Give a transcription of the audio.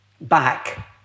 back